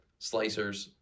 Slicers